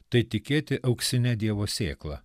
tai tikėti auksine dievo sėkla